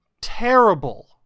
terrible